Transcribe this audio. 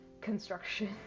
construction